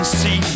see